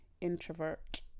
introvert